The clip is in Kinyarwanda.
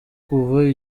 kuva